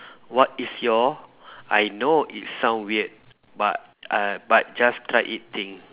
what is your I know it sound weird but uh but just try it thing